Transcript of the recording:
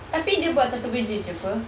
tapi dia buat satu kerja jer [pe]